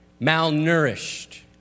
malnourished